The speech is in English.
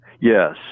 yes